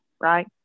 Right